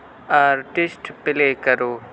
artist play کرو